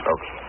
Okay